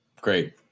great